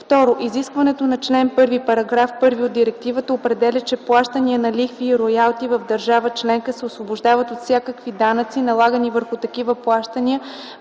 ІІ. Изискването на чл. 1, § 1 от директивата определя, че плащания на лихви и роялти в държава членка се освобождават от всякакви данъци, налагани върху такива плащания